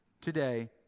today